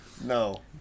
no